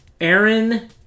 Aaron